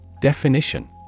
Definition